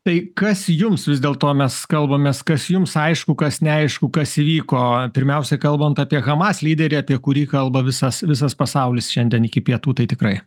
tai kas jums vis dėlto mes kalbamės kas jums aišku kas neaišku kas įvyko pirmiausia kalbant apie hamas lyderį apie kurį kalba visas visas pasaulis šiandien iki pietų tai tikrai